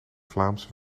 vlaamse